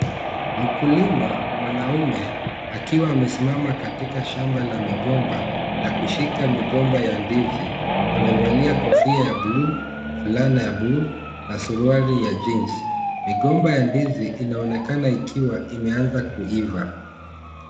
Mkulima mwanaume akiwa amesimama katika shamba la migomba na kushika migomba ya ndizi, amevalia kofia ya bluu, fulana ya bluu na suruali ya (CS) jeans (CS), migomba ya ndizi inaonekana ikiwa imeanza kuiva.